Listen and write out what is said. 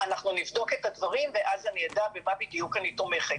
נבדוק את הדברים ואז אדע במה בדיוק אני תומכת.